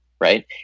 Right